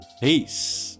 peace